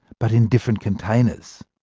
but in different containers.